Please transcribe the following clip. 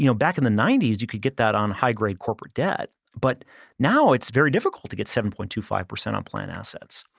you know back in the ninety s you could get that on high grade corporate debt, but now it's very difficult to get seven point two five on plan assets.